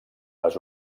les